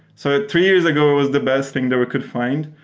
so three years ago, it was the best thing that we could find.